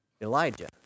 Elijah